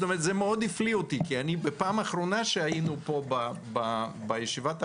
זה מאוד הפליא אותי כי בפעם האחרונה שהיינו פה בישיבת הוועדה,